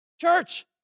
Church